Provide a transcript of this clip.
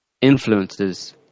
influences